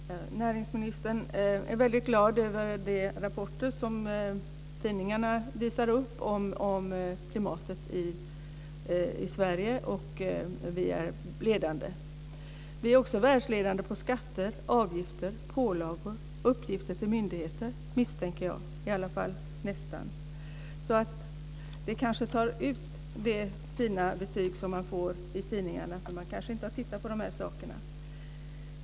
Fru talman! Näringsministern är väldigt glad över de rapporter som tidningarna visar upp om företagsklimatet i Sverige och om att vi är ledande. Vi är också världsledande på skatter, avgifter, pålagor och uppgifter till myndigheter, misstänker jag. Det kanske förtar värdet av det fina betyg som vi får i tidningarna, då man kanske inte har tittat på de här sakerna.